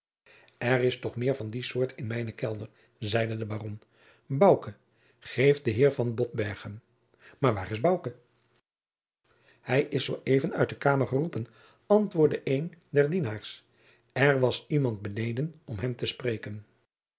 er is toch meer van die soort in mijne kelder zeide de baron bouke geef den heer van botbergen maar waar is bouke hij is zoo even uit de kamer geroepen antwoordde een der dienaars er was iemand beneden om hem te spreken